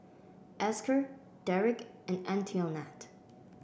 Esker Derik and Antionette